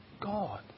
God